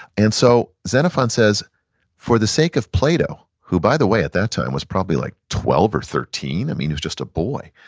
and so xenophon says for the sake of plato, who by the way, at that time was probably like twelve or thirteen, and he was just a boy,